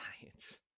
Science